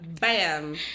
bam